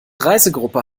reisegruppe